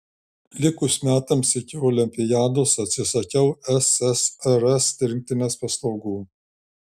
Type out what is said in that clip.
likus metams iki olimpiados atsisakiau ssrs rinktinės paslaugų